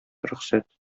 рөхсәт